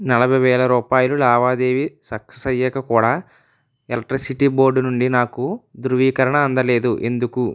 నలభై వేల రూపాయలు లావాదేవీ సక్సస్ అయ్యాక కూడా ఎలెక్ట్రిసిటీ బోర్డు నుండి నాకు ధ్రువీకరణ అందలేదు ఎందుకు